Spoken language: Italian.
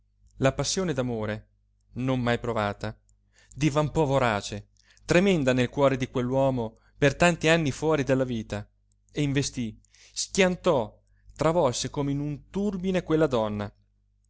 la passione d'amore non mai provata divampò vorace tremenda nel cuore di quell'uomo per tanti anni fuori della vita e investí schiantò travolse come in un turbine quella donna